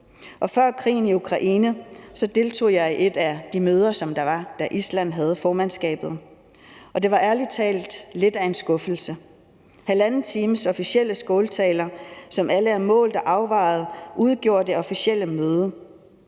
Før krigen i Ukraine deltog jeg i et af de møder, der var, da Island havde formandskabet, og det var ærlig talt lidt af en skuffelse. Halvanden times officielle skåltaler, som alle var målt og afvejet, udgjorde det officielle møde.